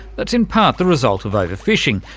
that's in part the result of overfishing,